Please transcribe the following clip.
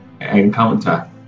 encounter